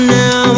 now